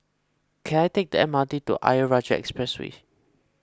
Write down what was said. can I take the M R T to Ayer Rajah Expressway